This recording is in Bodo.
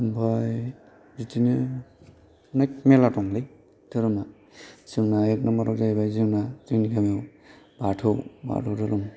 ओमफ्राय बिदिनो अनेक मेरला दंलै धोरोमा जोंना एक नामबार आव जाहैबाय जोंना जोंनि गामियाव बाथौ बाथौ धोरोम